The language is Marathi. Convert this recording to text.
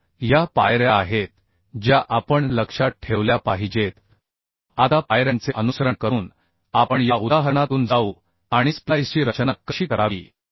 तर या पायऱ्या आहेत ज्या आपण लक्षात ठेवल्या पाहिजेत आता पायऱ्यांचे अनुसरण करून आपण या उदाहरणातून जाऊ आणि स्प्लाइसची रचना कशी करावी